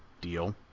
deal